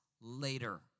later